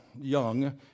young